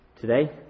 today